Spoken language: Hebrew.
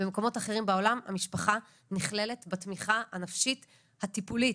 במקומות אחרים בעולם המשפחה נכללת בתמיכה הנפשית הטיפולית,